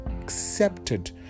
accepted